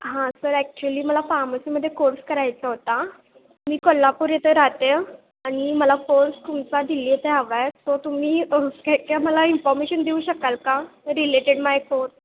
हां sir actually मला फार्मसीमध्ये कोर्स करायचा होता मी कोल्हापूर येते राहते आणि मला फोर्स तुमचा दिली त्या हवय सो तुम्ही मला इन्फॉर्मेशन देऊ शकाल का रिलेटेड माय कोर्स